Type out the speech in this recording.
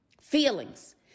feelings